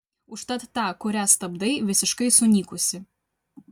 užtat ta kuria stabdai visiškai sunykusi